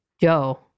Joe